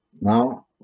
Now